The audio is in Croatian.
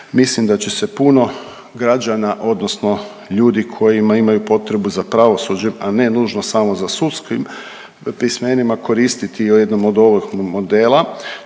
Mislim da će se puno građana odnosno ljudi kojima imaju potrebu za pravosuđem, a ne nužno samo za sudskim pismenima koristiti i jednom od ovog modela.